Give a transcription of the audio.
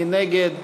מי נגד?